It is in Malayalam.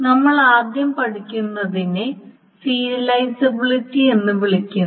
നമ്മൾ ആദ്യം പഠിക്കുന്നതിനെ സീരിയലിസബിലിറ്റി എന്ന് വിളിക്കുന്നു